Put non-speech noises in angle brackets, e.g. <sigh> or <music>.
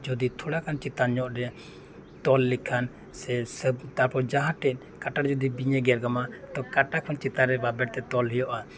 ᱡᱩᱫᱤ ᱛᱷᱚᱲᱟ ᱜᱟᱱ ᱪᱮᱛᱟᱱ ᱧᱚᱜ ᱨᱮ ᱛᱚᱞ ᱞᱮᱠᱷᱟᱱ ᱥᱮ <unintelligible> ᱡᱟᱦᱟᱸ ᱴᱷᱮᱱ ᱠᱟᱴᱟᱨᱮ ᱡᱩᱫᱤ ᱵᱤᱧ ᱮ ᱜᱮᱨ ᱠᱟᱢᱟ ᱛᱚ ᱠᱟᱴᱟ ᱠᱷᱚᱱ ᱪᱮᱛᱟᱱ ᱨᱮ ᱵᱟᱵᱮᱨ ᱛᱮ ᱛᱚᱞ ᱦᱩᱭᱩᱜᱼᱟ